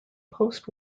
post